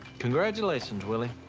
congratulations, willie.